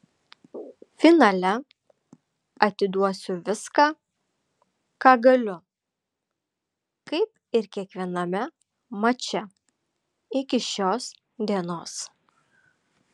finale atiduosiu viską ką galiu kaip ir kiekviename mače iki šios dienos